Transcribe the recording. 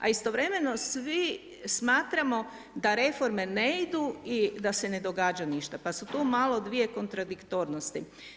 A istovremeno svi smatramo da reforme ne idu i da se ne događa ništa, pa se tu malo dvije kontradiktornosti.